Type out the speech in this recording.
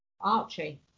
Archie